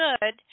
good